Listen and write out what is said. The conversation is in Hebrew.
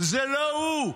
זה לא הוא,